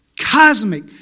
cosmic